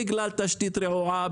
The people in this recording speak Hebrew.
בגלל תשתית רעועה,